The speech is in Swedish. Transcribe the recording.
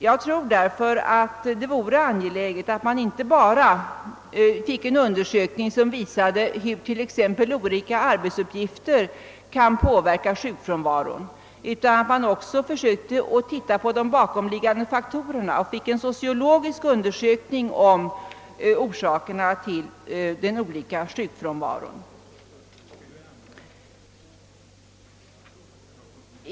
Jag tror därför att det vore angeläget inte bara att undersöka hur t.ex. olika arbetsuppgifter kan påverka sjukfrånvaron utan också att försöka titta på de bakomliggande faktorerna och göra en sociologisk undersökning om orsakerna till olikheterna i sjukfrånvaron.